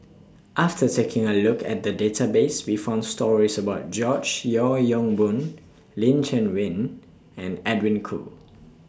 after taking A Look At The Database We found stories about George Yeo Yong Boon Lin Chen Win and Edwin Koo